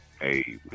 hey